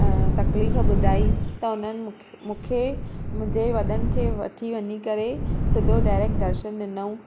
तकलीफ़ ॿुधाई त उन्हनि मूं मूंखे मुंंहिंजे वॾनि खे वठी वञी करे सिधो डाइरैक्ट दर्शन ॾिनूं ऐं